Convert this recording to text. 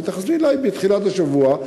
ותחזרי אלי בתחילת השבוע,